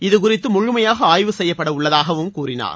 இதுகுறித்து முழுமையாக ஆய்வு செய்யப்படவுள்ளதாகவும் கூறினார்